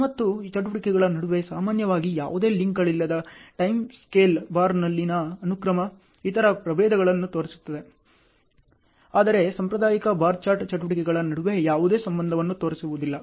ಮತ್ತು ಚಟುವಟಿಕೆಗಳ ನಡುವೆ ಸಾಮಾನ್ಯವಾಗಿ ಯಾವುದೇ ಲಿಂಕ್ಗಳಿಲ್ಲದ ಟೈಮ್ ಸ್ಕೇಲ್ ಬಾರ್ನಲ್ಲಿನ ಅನುಕ್ರಮ ಇತರ ಪ್ರಭೇದಗಳನ್ನು ತೋರಿಸುತ್ತದೆ ಆದರೆ ಸಾಂಪ್ರದಾಯಿಕ ಬಾರ್ ಚಾರ್ಟ್ ಚಟುವಟಿಕೆಗಳ ನಡುವೆ ಯಾವುದೇ ಸಂಬಂಧವನ್ನು ತೋರಿಸುವುದಿಲ್ಲ